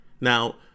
Now